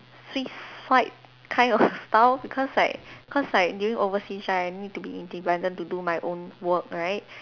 suicide kind of style because like cause like during overseas right I need to be independent to do my own work right